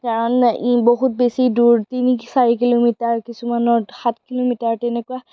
কাৰণ বহুত বেছি দূৰ তিনি চাৰি কিলোমিটাৰ কিছুমানৰ সাত কিলোমিটাৰ তেনেকুৱা